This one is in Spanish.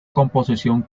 composición